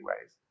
ways